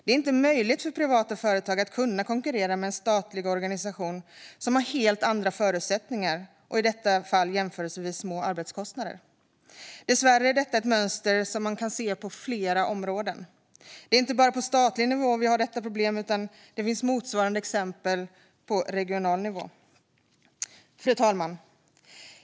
Det är inte möjligt för privata företag att konkurrera med en statlig organisation som har helt andra förutsättningar och, i detta fall, jämförelsevis små arbetskostnader. Dessvärre är detta ett mönster man kan se på fler områden. Det är inte bara på statlig nivå vi har detta problem, utan det finns motsvarande exempel på regional nivå.